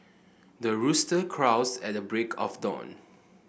the rooster crows at the break of dawn